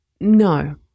No